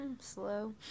slow